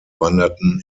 wanderten